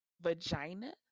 vagina